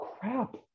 crap